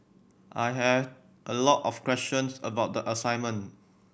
I had a lot of questions about the assignment